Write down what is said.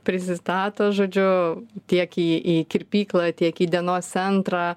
prisistato žodžiu tiek į į kirpyklą tiek į dienos centrą